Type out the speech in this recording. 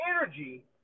energy